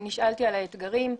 נשאלתי על האתגרים.